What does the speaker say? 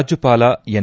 ರಾಜ್ಞಪಾಲ N